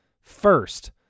First